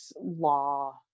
law